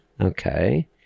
okay